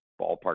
ballpark